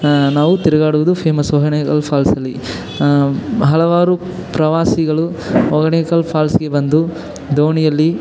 ನಾವು ತಿರುಗಾಡುವುದು ಫೇಮಸ್ ಹೊಗೆನಕಲ್ ಫಾಲ್ಸಲ್ಲಿ ಹಲವಾರು ಪ್ರವಾಸಿಗಳು ಹೊಗೆನಕಲ್ ಫಾಲ್ಸಿಗೆ ಬಂದು ದೋಣಿಯಲ್ಲಿ